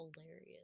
hilarious